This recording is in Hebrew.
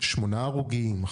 שמונה הרוגים,